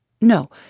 No